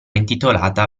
intitolata